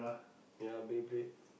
ya Beyblade